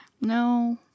No